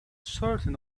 certain